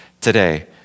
today